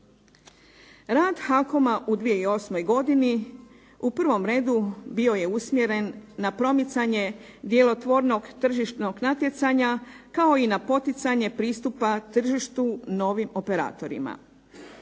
Rad HAKOM-a u 2008. godini u prvom redu bio je usmjeren na promicanje djelotvornog tržišnog natjecanja, kao i na poticanje pristupa tržištu novim operatorima.